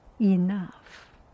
enough